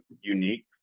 unique